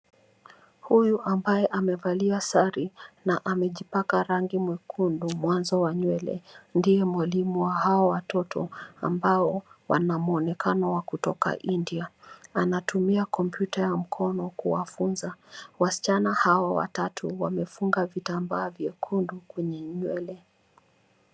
Huyu ambaye amevalia sare na amejipaka rangi mwekundu mwanzo wa nywele, ndiye mwalimu wa hao watoto ambao wanamuonekano wa kutoka India. Anatumia kompyuta ya mkono kuwafunza. Wasichana hao watatu wamefunga vitambaa vyekundu kwenye nywele.